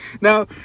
Now